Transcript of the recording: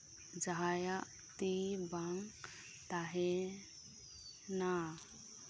ᱡᱟᱦᱟᱸᱭᱟᱜ ᱛᱤ ᱵᱟᱝ ᱛᱟᱦᱮᱱᱟ